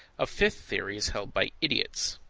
a fifth theory is held by idiots,